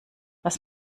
was